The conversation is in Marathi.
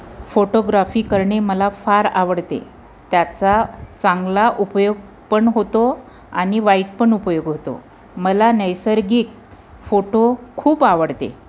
फोटोग्राफी करणे मला फार आवडते त्याचा चांगला उपयोग पण होतो आणि वाईट पण उपयोग होतो मला नैसर्गिक फोटो खूप आवडते